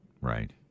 Right